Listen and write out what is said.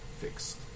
fixed